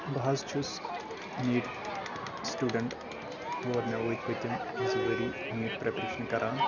بہٕ حظ چھُس نیٖٹ سٹیوڈنٹ اور مےٚ وٲتۍ پٔتِم زٕ ؤرۍ نیٖٹ پریٚپریشنہٕ کران